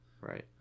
Right